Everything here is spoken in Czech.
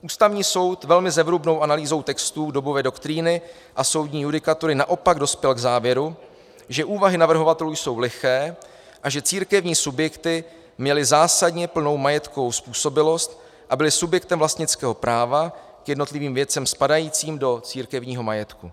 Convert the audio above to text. Ústavní soud velmi zevrubnou analýzou textů dobové doktríny a soudní judikatury naopak dospěl k závěru, že úvahy navrhovatelů jsou liché a že církevní subjekty měly zásadně plnou majetkovou způsobilost a byly subjektem vlastnického práva k jednotlivým věcem spadajícím do církevního majetku.